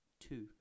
two